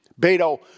Beto